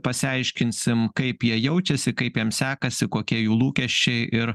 pasiaiškinsim kaip jie jaučiasi kaip jiem sekasi kokie jų lūkesčiai ir